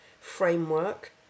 framework